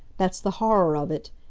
that's the horror of it!